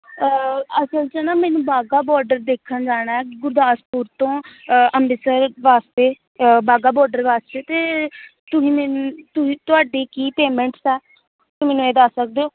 ਅਸਲ 'ਚ ਨਾ ਮੈਨੂੰ ਵਾਹਗਾ ਬੋਡਰ ਦੇਖਣ ਜਾਣਾ ਹੈ ਗੁਰਦਾਸਪੁਰ ਤੋਂ ਅੰਮ੍ਰਿਤਸਰ ਵਾਸਤੇ ਵਾਹਗਾ ਬੋਡਰ ਵਾਸਤੇ ਅਤੇ ਤੁਸੀਂ ਮੈਨ ਤੁਸੀਂ ਤੁਹਾਡੀ ਕੀ ਪੇਮੈਂਟਸ ਆ ਤੁਸੀਂ ਮੈਨੂੰ ਇਹ ਦੱਸ ਸਕਦੇ ਹੋ